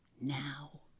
now